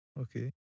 okay